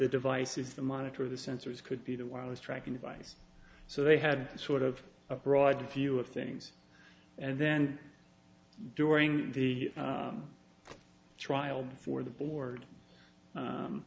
the devices to monitor the sensors could be the wireless tracking device so they had sort of a broad view of things and then during the trial for the board